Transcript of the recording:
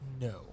No